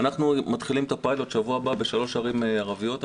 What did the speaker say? נתחיל את הפיילוט בשבוע הבא בשלוש ערים ערביות.